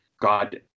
God